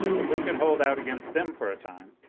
if we could hold out against them for a time,